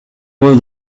with